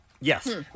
Yes